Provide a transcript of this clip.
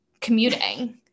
commuting